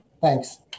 Thanks